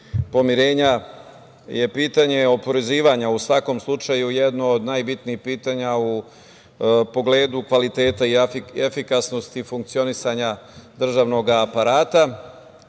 pomirenja je pitanje oporezivanja u svakom slučaju jedno od najbitnijih pitanja u pogledu kvaliteta i efikasnosti funkcionisanja državnog aparata. Istina,